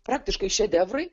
praktiškai šedevrai